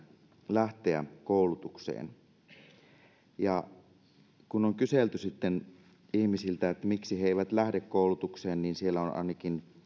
lähteä koulutukseen kun on kyselty ihmisiltä miksi he eivät lähde koulutukseen niin siellä on ainakin